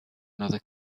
another